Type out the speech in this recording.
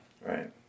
Right